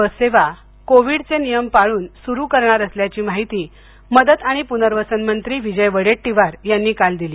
बस सेवा कोविडचे नियम पाळून स्रू करणार असल्याची माहिती मदत आणि प्नर्वसन मंत्री विजय वडेट्टीवार यांनी काल दिली